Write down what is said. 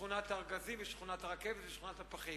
שכונת הארגזים ושכונת הרכבת ושכונת הפחים,